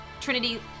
Trinity